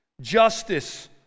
justice